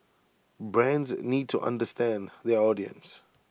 brands need to understand their audience